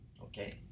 Okay